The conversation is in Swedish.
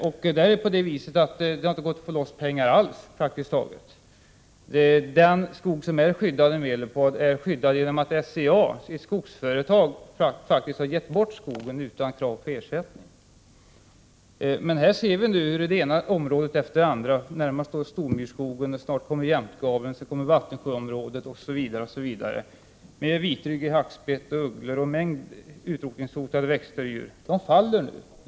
Där har det praktiskt taget inte alls gått att få loss pengar. Den skog som är skyddad i Medelpad är skyddad genom att SCA, dvs. ett skogsföretag, faktiskt har gett bort skogen utan krav på ersättning. Vi ser i Medelpad hur det ena området efter det andra — närmast Stormyrskogen och därefter Jämtgaven, Vattensjöområdet osv. — hotas. Det är områden där det finns vitryggig hackspett, ugglor och en mängd utrotningshotade växter och djur. De här skogarna faller nu.